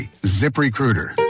ZipRecruiter